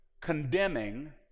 condemning